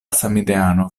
samideano